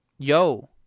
Yo